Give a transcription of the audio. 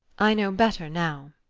i know better now.